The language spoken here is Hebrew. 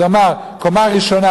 אז הוא אמר: קומה ראשונה,